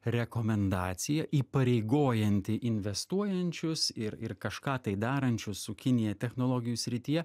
rekomendacija įpareigojanti investuojančius ir ir kažką tai darančius su kinija technologijų srityje